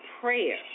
prayer